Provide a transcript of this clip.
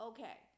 Okay